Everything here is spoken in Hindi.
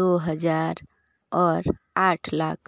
दो हजार और आठ लाख